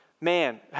Man